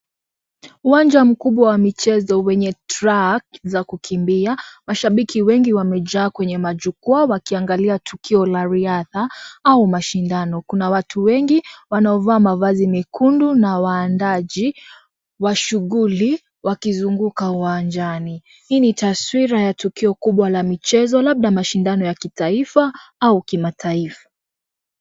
Uwanja mkubwa wa michezo wenye track za kukimbia , mashabiki wengi wamejaa kwenye jukwaa wakiangalia tukio la riadha au mashindano . Kuna watu wengi wanaovaa mavazi mekundu na waandaji wa shughuli wakizunguka uwanjani . Hii ni taswira ya tukio kubwa la michezo labda mashindano ya kitaifa au ya kimataifa.